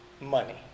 money